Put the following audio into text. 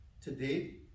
today